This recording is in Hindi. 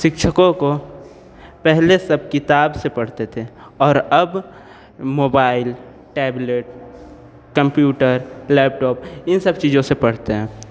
शिक्षकों को पहले सब किताब से पढ़ते थें और अब मोबाइल टेबलेट कम्प्यूटर लैपटॉप इन सब चीज़ो से पढ़ते हैं